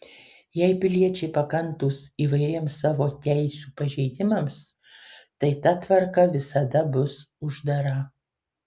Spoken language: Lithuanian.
jei piliečiai pakantūs įvairiems savo teisių pažeidimams tai ta tvarka visada bus uždara